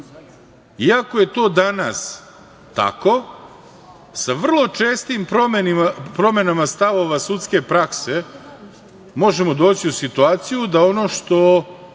ako je to danas tako, sa vrlo čestim promenama stavova sudske prakse možemo doći u situaciju da ono što